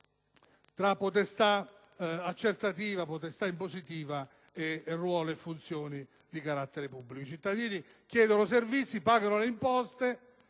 tra potestà accertativa, potestà impositiva e ruolo e funzioni di carattere pubblico. I cittadini chiedono servizi, pagano le imposte